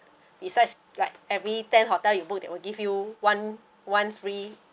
besides like every ten hotel you book they will give you one one free